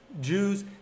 Jews